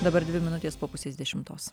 dabar dvi minutės po pusės dešimtos